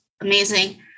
amazing